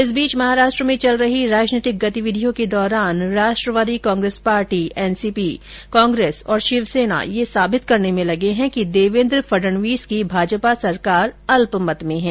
इस बीच महाराष्ट्र में चल रही राजनीतिक गतिविधियों के दौरान राष्ट्रवादी कांग्रेस पार्टी कांग्रेस और शिवसेना यह सबित करने में लगे हैं कि देवेंद्र फड़णवीस की भाजपा सरकार अल्पमत में है